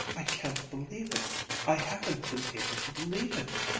i can't believe it i haven't been able to believe it!